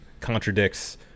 contradicts